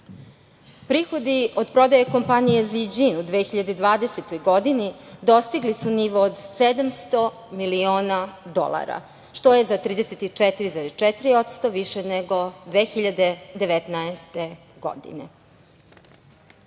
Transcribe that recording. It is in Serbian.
godini. Prihodi od prodaja kompanija „Ziđin“ u 2020. godini dostigli su nivo od 700 miliona dolara, što je za 34,4% više nego u 2019. godini. Pored